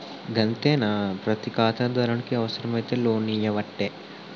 గంతేనా, ప్రతి ఖాతాదారునికి అవుసరమైతే లోన్లియ్యవట్టే